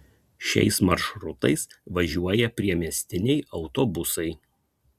šiais maršrutais važiuoja priemiestiniai autobusai